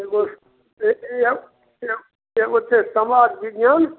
एगो ए ए ए एगो छै समाज बिज्ञान